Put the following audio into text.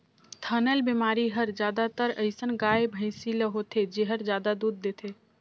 थनैल बेमारी हर जादातर अइसन गाय, भइसी ल होथे जेहर जादा दूद देथे